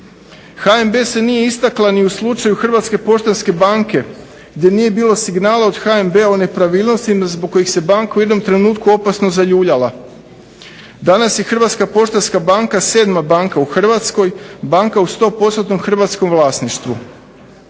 HNB se nije istakla ni u slučaju HPB-a gdje nije bilo signala od HNB-a o nepravilnostima zbog kojih se banka u jednom trenutku opasno zaljuljala. Danas je HPB sedma banka u Hrvatskoj, banka u 100% hrvatskom vlasništvu.